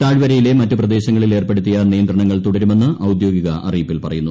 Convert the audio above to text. താഴ്വരയിലെ മറ്റു പ്രദേശങ്ങളിൽ ഏർപ്പെടുത്തിയ നിയന്ത്രണങ്ങൾ തുടരുമെന്ന് ഔദ്യോഗിക അറിയിപ്പിൽ പറയുന്നു